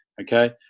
Okay